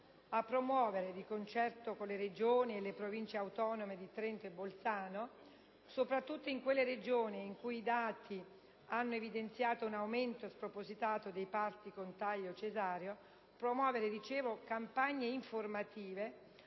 a promuovere, di concerto con le Regioni e le Province autonome di Trento e Bolzano, soprattutto nelle Regioni in cui i dati hanno evidenziato un aumento spropositato dei parti con taglio cesareo, campagne informative